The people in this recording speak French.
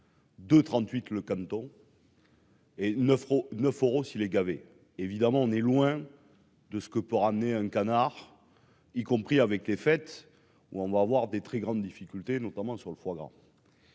neuf euros neuf euros si les gaver, évidemment, on est loin de ce que peut ramener un canard, y compris avec les fêtes, où on va avoir des très grandes difficultés, notamment sur le foie gras,